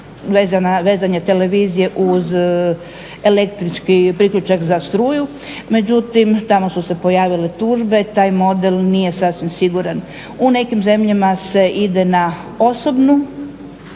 vezanja televizije uz električki priključak za struju. Međutim, tamo su se pojavile tužbe, taj model nije sasvim siguran. U nekim zemljama se ide na osobnu